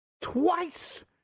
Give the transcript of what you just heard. Twice